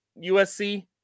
USC